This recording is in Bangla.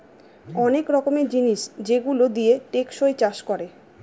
অনেক রকমের জিনিস যেগুলো দিয়ে টেকসই চাষ করে